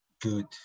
good